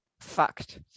fucked